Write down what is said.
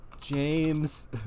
James